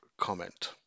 comment